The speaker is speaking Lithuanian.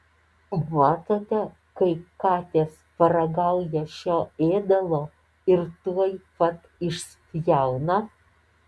matote kaip katės paragauja šio ėdalo ir tuoj pat išspjauna